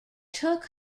took